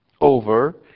over